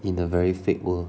in a very fake world